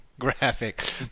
graphic